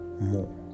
more